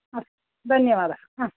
अस्तु धन्यवादः